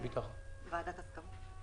אחרי הסכמה וועדת הסכמות.